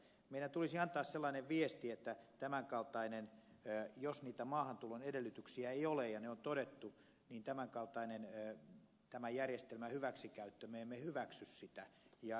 meidän tulisi antaa sellainen viesti että jos niitä maahantulon edellytyksiä ei ole ja se on todettu niin tämänkaltainen ettei tämä järjestelmä hyväksikäyttö me emme hyväksy tämän kaltaista järjestelmän hyväksikäyttöä